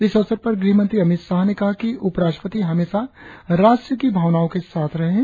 इस अवसर पर गृहमंत्री अमित शाह ने कहा कि उप राष्ट्रपति हमेशा राष्ट्र की भावनाओ के साथ रहे है